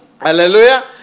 Hallelujah